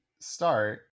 start